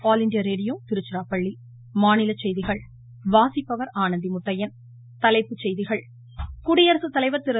All India radio Tiruchirappalli மாநிலச் செய்திகள் தலைப்புச் செய்திகள் குடியரசுத்தலைவர் திரு